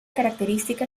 característica